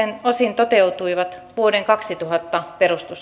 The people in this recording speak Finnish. osin toteutuivat vuoden kaksituhatta